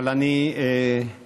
אבל אני מחויב.